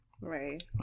Right